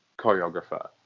choreographer